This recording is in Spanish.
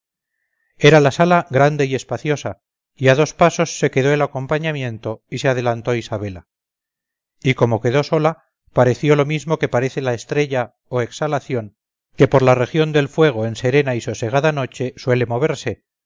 era la sala grande y espaciosa y a dos pasos se quedó el acompañamiento y se adelantó isabela y como quedó sola pareció lo mismo que parece la estrella o exalación que por la región del fuego en serena y sosegada noche suele moverse